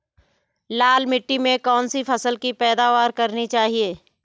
लाल मिट्टी में कौन सी फसल की पैदावार करनी चाहिए?